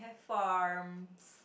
farms